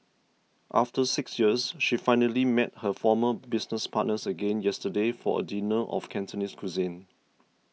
after six years she finally met her former business partners again yesterday for a dinner of Cantonese cuisine